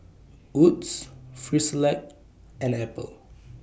Wood's Frisolac and Apple